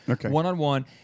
one-on-one